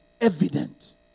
evident